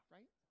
Right